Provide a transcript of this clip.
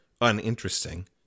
uninteresting